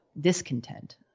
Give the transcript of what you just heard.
discontent